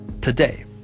today